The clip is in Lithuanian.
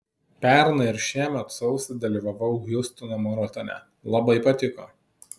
pernai ir šiemet sausį dalyvavau hiūstono maratone labai patiko